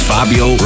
Fabio